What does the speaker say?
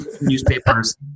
newspapers